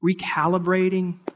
recalibrating